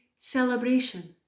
celebration